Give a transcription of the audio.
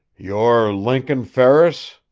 you're lincoln ferris?